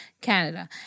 Canada